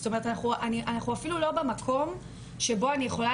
זאת אומרת אנחנו אפילו לא במקום שבו אני יכולה